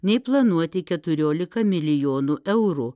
nei planuoti keturiolika milijonų eurų